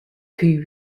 көй